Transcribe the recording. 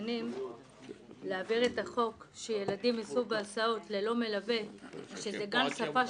מתכננים להעביר את החוק כך שילדים ייסעו בהסעות ללא מלווה כשזה גן שפה,